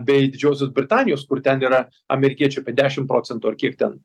bei didžiosios britanijos kur ten yra amerikiečių apie dešim procentų ar kiek ten